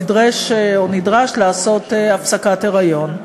נדרש לעשות הפסקת היריון.